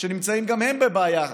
שנמצאים גם הם בבעיה.